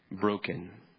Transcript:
broken